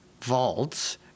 vaults